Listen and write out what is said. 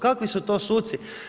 Kakvi su to suci?